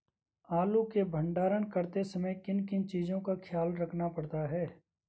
आलू के भंडारण करते समय किन किन चीज़ों का ख्याल रखना पड़ता है?